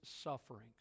sufferings